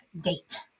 date